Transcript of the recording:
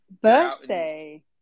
Birthday